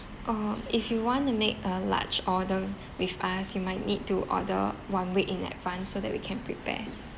um if you want to make a large order with us you might need to order one week in advance so that we can prepare